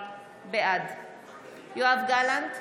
בעד יואב גלנט,